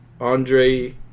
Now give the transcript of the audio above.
Andre